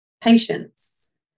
patience